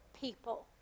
people